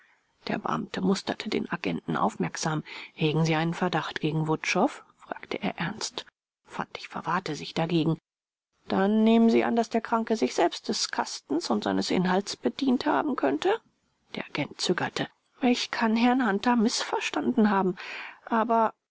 der beamte musterte den agenten aufmerksam hegen sie einen verdacht gegen wutschow fragte er ernst fantig verwahrte sich dagegen dann nehmen sie an daß der kranke sich selbst des kastens und seines inhalts bedient haben könnte der agent zögerte ich kann herrn hunter mißverstanden haben aber